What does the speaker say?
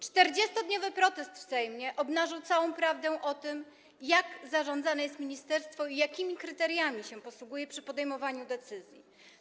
40-dniowy protest w Sejmie obnażył całą prawdę o tym, jak zarządzane jest ministerstwo i jakimi kryteriami posługuje się przy podejmowaniu decyzji.